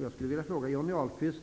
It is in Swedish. Jag skulle vilja fråga Johnny Ahlqvist: